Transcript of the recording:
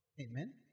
Amen